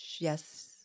yes